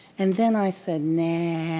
and then i said, nah,